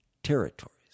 territories